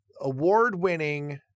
award-winning